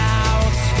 out